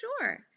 sure